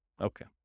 Okay